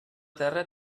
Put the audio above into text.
terra